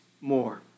more